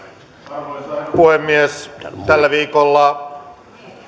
arvoisa herra puhemies tällä viikolla